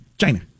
China